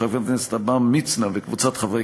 של חבר הכנסת עמרם מצנע וקבוצת חברי